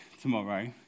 tomorrow